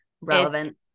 Relevant